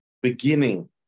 beginning